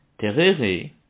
Terere